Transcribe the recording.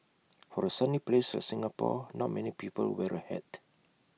for A sunny place of Singapore not many people wear A hat